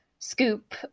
Scoop